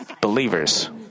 believers